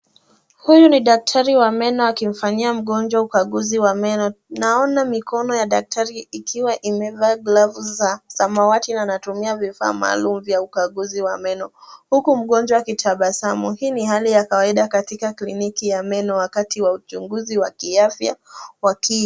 Huyu ni daktari wa meno akimfanyia mgonjwa ukaguzi wa meno. Naona mikono ya daktari ikiwa imevaa glavu za samawati na anatumia vifaa maalum vya ukaguzi wa meno huku mgonjwa akitabasamu. Hii ni hali ya kawaida katika kliniki ya meno wakati wa uchunguzi wa kiafya.